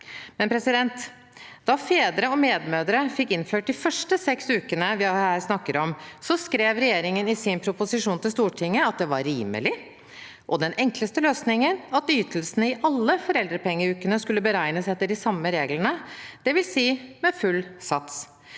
jeg. Da fedre og medmødre fikk innført de første seks ukene vi her snakker om, skrev regjeringen i sin proposisjon til Stortinget at det var rimelig, den enkleste løsningen og at ytelsene i alle foreldrepengeukene skulle beregnes etter de samme reglene, dvs. med full sats.